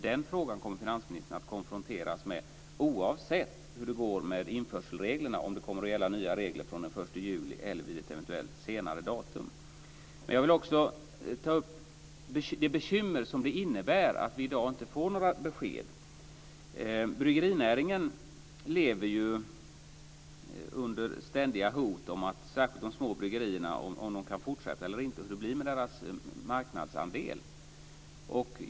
Den frågan kommer finansministern att konfronteras med oavsett hur det går med införselreglerna - oavsett om nya regler kommer att gälla från den 1 juli eller från ett eventuellt senare datum. Jag vill också ta upp det bekymmer som det innebär att vi i dag inte får några besked. Bryggerinäringen - och särskilt de små bryggerierna - lever ju under ständiga hot och vet inte om de kan fortsätta eller inte och hur det blir med deras marknadsandel.